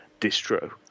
distro